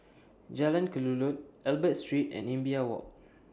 Jalan Kelulut Albert Street and Imbiah Walk